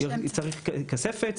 צריך כספת,